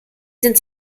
sind